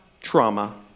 trauma